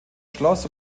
schloss